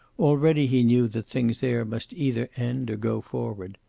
already he knew that things there must either end or go forward.